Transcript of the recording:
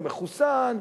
הוא מחוסן,